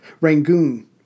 Rangoon